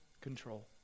control